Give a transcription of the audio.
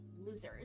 losers